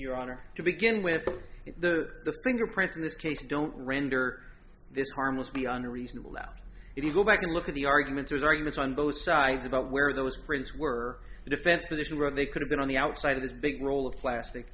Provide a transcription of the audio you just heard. your honor to begin with the the fingerprints in this case don't render this harmless beyond a reasonable doubt if you go back and look at the argument there's arguments on both sides about where those prints were the defense position where they could have been on the outside of this big roll of plastic